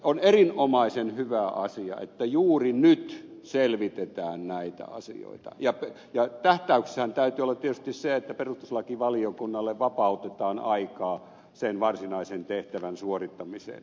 on erinomaisen hyvä asia että juuri nyt selvitetään näitä asioita ja tähtäyksessähän täytyy olla tietysti se että perustuslakivaliokunnalle vapautetaan aikaa sen varsinaisen tehtävän suorittamiseen